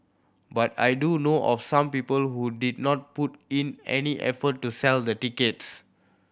but I do know of some people who did not put in any effort to sell the tickets